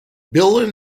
bill